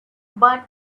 but